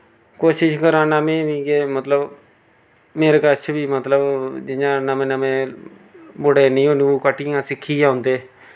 कोशश करा ना में बी के मतलब मेरे कच्छ बी मतलब जि'यां नमें नमें मुड़े निं ओह् कट्टिंगां सिक्खियै औंदे